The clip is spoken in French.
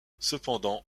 cependant